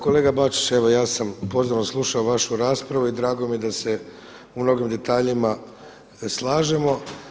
Kolega Bačić, evo ja sam pozorno slušao vašu raspravu i drago mi je da se u mnogim detaljima slažemo.